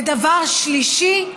ודבר שלישי,